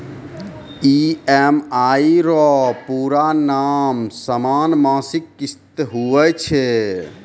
EMI रो पूरा नाम समान मासिक किस्त हुवै छै